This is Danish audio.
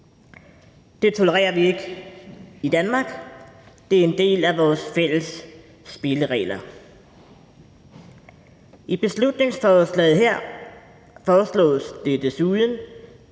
Det tolererer vi ikke i Danmark, det er en del af vores fælles spilleregler. I beslutningsforslaget her foreslås det desuden,